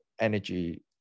energy